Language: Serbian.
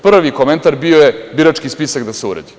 Prvi komentar bio je - birački spisak da se uredi.